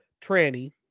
tranny